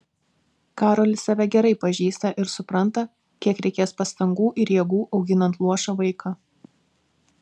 karolis save gerai pažįsta ir supranta kiek reikės pastangų ir jėgų auginant luošą vaiką